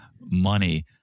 money